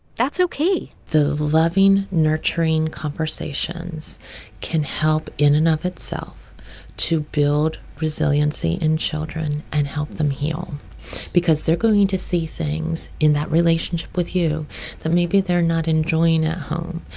that's ok the loving, nurturing conversations can help in and of itself to build resiliency in children and help them heal because they're going to see things in that relationship with you that maybe they're not enjoying at home.